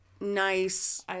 nice